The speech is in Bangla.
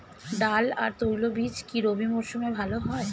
ডাল আর তৈলবীজ কি রবি মরশুমে ভালো হয়?